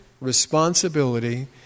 responsibility